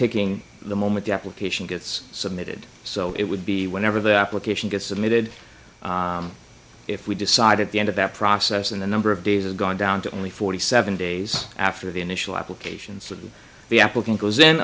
ticking the moment the application gets submitted so it would be whenever the application gets submitted if we decide at the end of that process and a number of days are gone down to only forty seven days after the initial applications and the applicant goes then